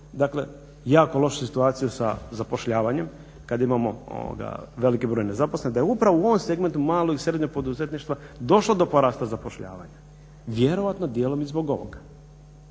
imamo jako lošu situaciju sa zapošljavanjem kada imamo veliki broj nezaposlenih da je upravo u ovom segmentu malog i srednjeg poduzetništva došlo do porasta zapošljavanja vjerojatno dijelom i zbog ovoga,